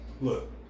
look